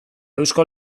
eusko